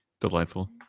Delightful